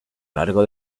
largo